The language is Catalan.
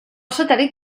satèl·lit